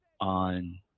on